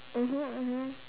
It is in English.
mmhmm mmhmm